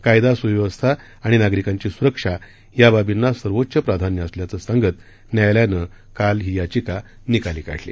कायदा स्व्यवस्था आणि नागरिकांची स्रक्षा या बाबींना सर्वोच्च प्राधान्य असल्याचं सांगत न्यायालयानं काल ही याचिका निकाली काढली